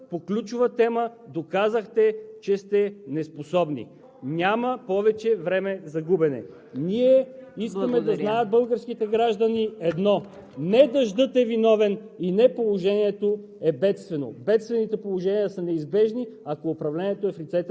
извинение. Днес Вие за пореден път по ключова тема доказахте, че сте неспособни. Няма повече време за губене. Ние искаме да знаят българските граждани едно: не дъждът е виновен и не положението